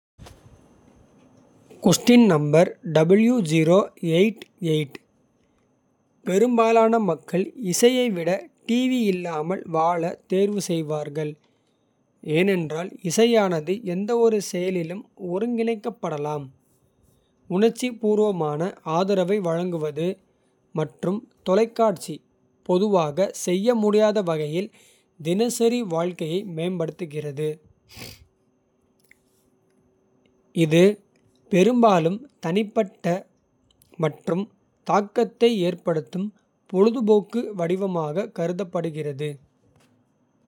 பெரும்பாலான மக்கள் இசையை விட டிவி இல்லாமல். வாழத் தேர்வு செய்வார்கள் ஏனென்றால் இசையானது. எந்தவொரு செயலிலும் ஒருங்கிணைக்கப்படலாம். உணர்ச்சிபூர்வமான ஆதரவை வழங்குவது மற்றும். தொலைக்காட்சி பொதுவாக செய்ய முடியாத வகையில். தினசரி வாழ்க்கையை மேம்படுத்துகிறது. இது பெரும்பாலும் தனிப்பட்ட மற்றும் தாக்கத்தை. ஏற்படுத்தும் பொழுதுபோக்கு வடிவமாகக் கருதப்படுகிறது.